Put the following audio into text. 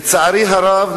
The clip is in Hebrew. לצערי הרב,